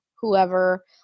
whoever